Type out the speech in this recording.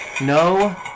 No